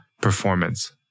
performance